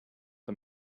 the